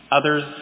others